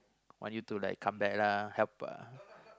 want you to like come lah help uh